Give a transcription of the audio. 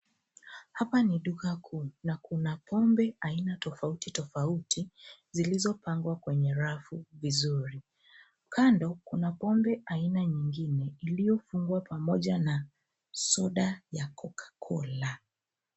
Hapa ni duka kuu na kuna pombe aina tofauti tofauti zilizopangwa kwenye rafu vizuri. Kando kuna pombe aina nyingine iliyofungwa pamoja na soda ya Cocacola.